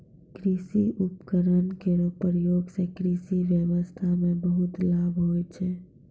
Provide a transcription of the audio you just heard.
कृषि उपकरण केरो प्रयोग सें कृषि ब्यबस्था म बहुत लाभ होय छै